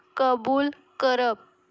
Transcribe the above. कबूल करप